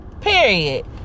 Period